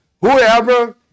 whoever